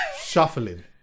Shuffling